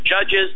judges